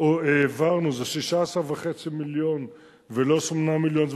או העברנו זה 16.5 מיליון ולא 8 מיליון,